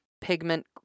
pigment